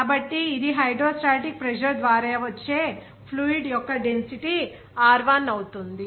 కాబట్టి ఇది hydrostatic pressure ద్వారా వచ్చే ఫ్లూయిడ్ యొక్క డెన్సిటీ r1 అవుతుంది